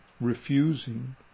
refusing